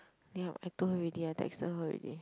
then I told her already I texted her already